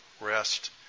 rest